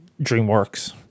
DreamWorks